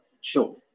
Sure